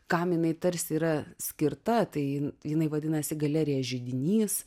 kam jinai tarsi yra skirta tai jinai vadinasi galerija židinys